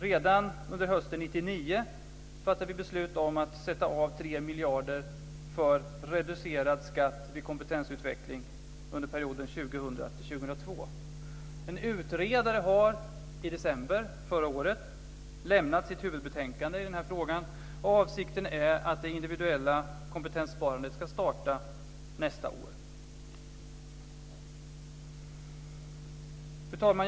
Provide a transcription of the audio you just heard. Redan under hösten 1999 fattade vi beslut om att sätta av 3 miljarder för reducerad skatt vid kompetensutveckling under perioden 2000-2002. En utredare har i december förra året lämnat sitt huvudbetänkande i den här frågan, och avsikten är att det individuella kompetenssparandet ska starta nästa år. Fru talman!